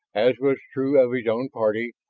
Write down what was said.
as was true of his own party,